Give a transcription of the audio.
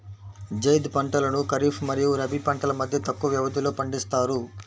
జైద్ పంటలను ఖరీఫ్ మరియు రబీ పంటల మధ్య తక్కువ వ్యవధిలో పండిస్తారు